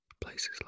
places